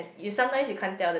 you sometimes you can't tell the